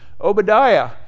Obadiah